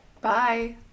Bye